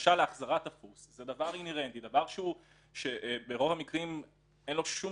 בקשה להחזרת תפוס זה דבר אינהרנטי שברוב המקרים אין פה שום